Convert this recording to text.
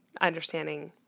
understanding